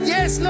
Yes